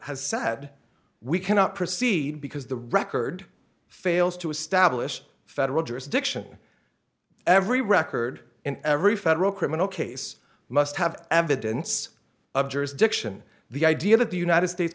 has said we cannot proceed because the record fails to establish federal jurisdiction every record in every federal criminal case must have evidence of jurisdiction the idea that the united states